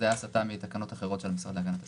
זה היה הסטה מתקנות אחרות של המשרד להגנת הסביבה.